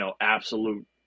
absolute